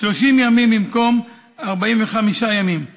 30 ימים במקום 45 ימים.